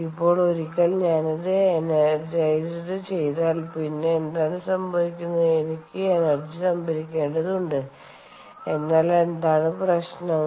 ഇപ്പോൾ ഒരിക്കൽ ഞാൻ അത് എനെർജിയസഡ് ചെയ്താൽ പിന്നെ എന്താണ് സംഭവിക്കുന്നത് എനിക്ക് ഈ എനർജി സംഭരിക്കേണ്ടതുണ്ട് എന്നാൽ എന്താണ് പ്രശ്നങ്ങൾ